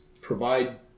provide